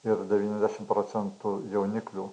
ir devyniasdešim procentų jauniklių